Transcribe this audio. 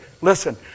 listen